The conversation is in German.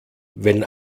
wenn